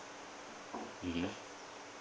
mmhmm